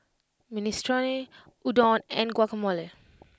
Minestrone Udon and Guacamole